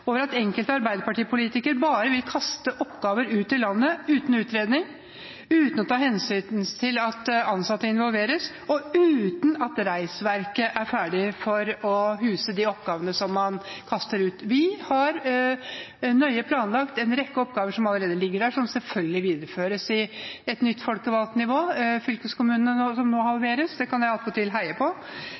over at enkelte Arbeiderparti-politikere bare vil kaste oppgaver ut i landet uten utredning, uten å ta hensyn til at ansatte involveres, og uten at reisverket er ferdig for å huse de oppgavene som man kaster ut. Vi har nøye planlagt en rekke oppgaver som allerede ligger der, og som selvfølgelig videreføres i et nytt folkevalgt nivå, i fylkeskommunene, hvor antallet nå halveres. Det kan jeg attpåtil heie på.